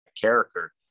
character